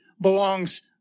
belongs